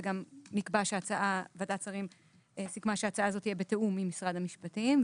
וגם ועדת שרים סיכמה שההצעה הזאת תהיה בתיאום עם משרד המשפטים,